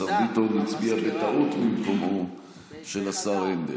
שהשר ביטון הצביע בטעות במקומו של השר הנדל.